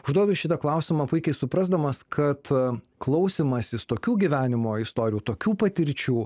užduodu šitą klausimą puikiai suprasdamas kad klausymasis tokių gyvenimo istorijų tokių patirčių